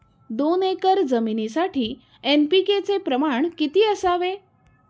दोन एकर जमीनीसाठी एन.पी.के चे प्रमाण किती असावे?